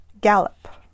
gallop